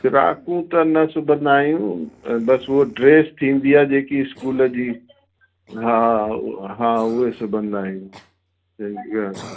फ्राकूं त न सिबंदा आहियूं बसि उहो ड्रेस थींदी आहे जेकी इस्कूल जी हा उहा हा उहे सिबंदा आहियूं जे